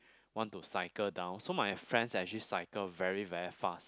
want to cycle down so my friends actually cycle very very far